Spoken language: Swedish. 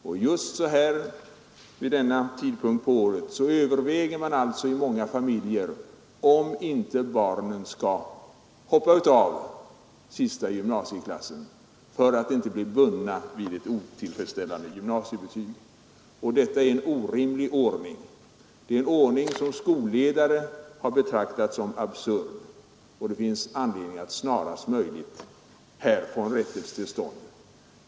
Och just vid denna tid på året överväger man i många familjer om inte barnen skall hoppa av sista gymnasieklassen för att inte bli bundna vid ett otillfredsställande gymnasiebetyg. Detta är en orimlig ordning. Det är en ordning som skolledare har betraktat som absurd, och det finns anledning att snarast möjligt här åstadkomma en rättelse.